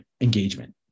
engagement